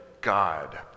God